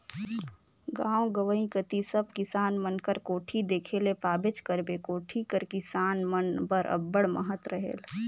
गाव गंवई कती सब किसान मन घर कोठी देखे ले पाबेच करबे, कोठी कर किसान मन बर अब्बड़ महत रहेल